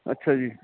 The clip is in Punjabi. ਅੱਛਾ ਜੀ